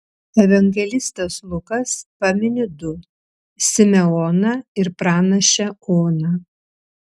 evangelistas lukas pamini du simeoną ir pranašę oną